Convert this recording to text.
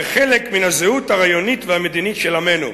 וחלק מן הזהות הרעיונית והמדינית של עמנו".